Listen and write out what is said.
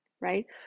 Right